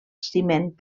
ciment